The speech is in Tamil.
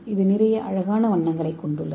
இது அழகான வண்ணங்களை நிறைய கொண்டுள்ளது